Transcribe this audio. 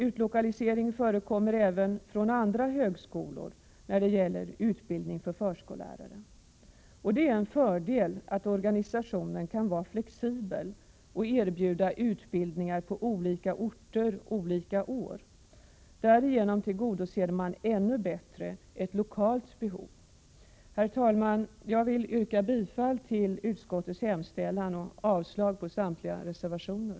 Utlokalisering förekommer även från andra högskolor när det gäller utbildning för förskollärare. Det är en fördel att organisationen kan vara flexibel och erbjuda utbildningar på olika orter olika år. Därigenom tillgodoser man ännu bättre ett lokalt behov. Herr talman! Jag vill yrka bifall till utskottets hemställan och avslag på samtliga reservationer.